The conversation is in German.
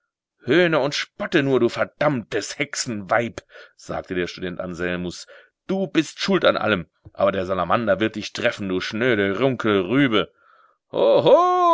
höhne und spotte nur du verdammtes hexenweib sagte der student anselmus du bist schuld an allem aber der salamander wird dich treffen du schnöde runkelrübe